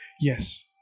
yes